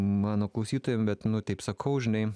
mano klausytojam bet nu taip sakau žinai